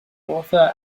author